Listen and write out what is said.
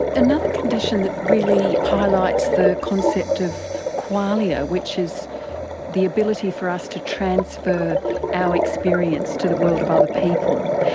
another condition that really highlights the concept of qualia, which is the ability for us to transfer our experience to the world of ah other people,